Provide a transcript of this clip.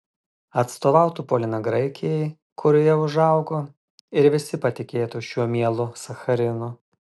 atstovautų polina graikijai kurioje užaugo ir visi patikėtų šiuo mielu sacharinu